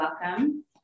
welcome